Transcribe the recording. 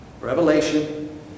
Revelation